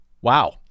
Wow